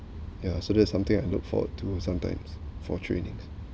ya so that's something I look forward to sometimes for trainings